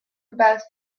about